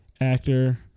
actor